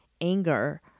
anger